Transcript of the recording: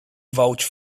vouch